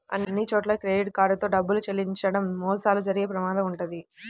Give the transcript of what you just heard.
అన్నిచోట్లా credit card తో డబ్బులు చెల్లించడం మోసాలు జరిగే ప్రమాదం వుంటది